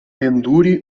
pendure